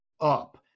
up